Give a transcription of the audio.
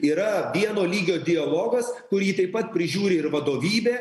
yra vieno lygio dialogas kurį taip pat prižiūri ir vadovybė